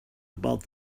about